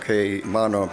kai mano